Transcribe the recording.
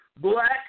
Black